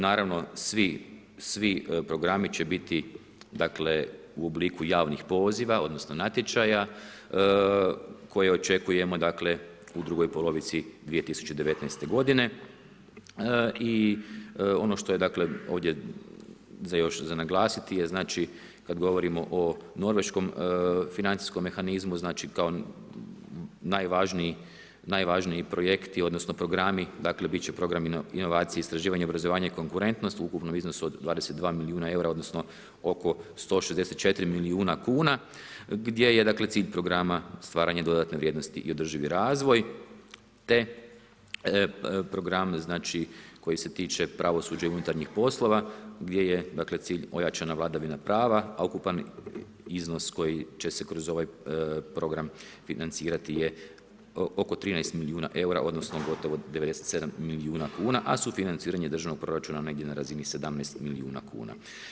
Naravno, svi programi će biti u obliku javnih poziva odnosno natječaja koje očekujemo u drugoj polovici 2019. godine i ono što je dakle ovdje za još naglasiti je znači, kad govorimo o norveškom financijskom mehanizmu, znači kao najvažniji projekti odnosno programi biti će programi inovacije, istraživanja, obrazovanja i konkurentnost u ukupnom iznosu od 22 milijuna eura odnosno oko 164 milijuna kuna gdje je dakle cilj programa stvaranje dodatne vrijednosti i održivi razvoj, te program znači, koji se tiče pravosuđa i unutarnjih poslova gdje je cilj ojačana vladavina prava, a ukupan iznos koji će se kroz ovaj program financirati je oko 13 milijuna eura odnosno gotovo 97 milijuna kuna, a sufinanciranje državnog proračuna negdje na razini 17 milijuna kuna.